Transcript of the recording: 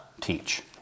teach